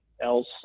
else